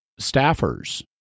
staffers